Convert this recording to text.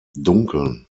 dunkeln